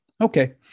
Okay